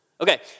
Okay